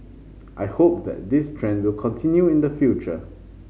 I hope that this trend will continue in the future